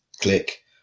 click